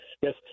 yes